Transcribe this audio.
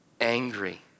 angry